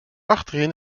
achterin